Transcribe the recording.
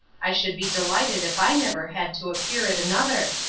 i should be delighted if i never had to appear at another.